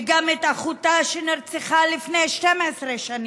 וגם אחותה, שנרצחה לפני 12 שנים,